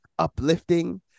uplifting